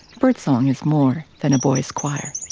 birdsong is more than a boys' choir.